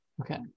Okay